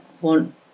want